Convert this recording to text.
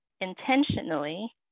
intentionally